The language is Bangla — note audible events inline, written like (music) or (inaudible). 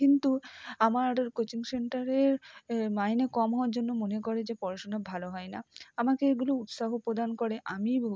কিন্তু আমার কোচিং সেন্টারের মাইনে কম হওয়ার জন্য মনে করে যে পড়াশুনা ভালো হয় না আমাকে এগুলো উৎসাহ প্রদান করে আমি (unintelligible)